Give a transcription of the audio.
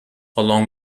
along